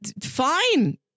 fine